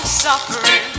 suffering